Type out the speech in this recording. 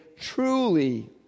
Truly